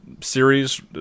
series